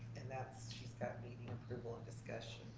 and that's, she's got meeting approval of discussion.